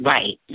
Right